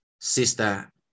Sister